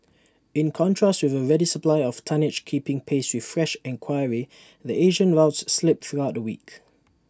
in contrast with A ready supply of tonnage keeping pace with fresh enquiry the Asian rouse slipped throughout the week